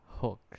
hook